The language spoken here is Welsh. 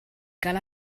gael